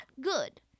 good